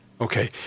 Okay